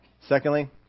Secondly